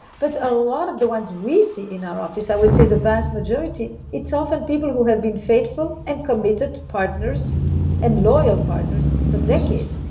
but a lot of the ones we see in our office i would say the vast majority it's often people who have been faithful and committed partners and loyal partners for decades.